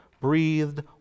breathed